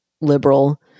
liberal